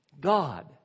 God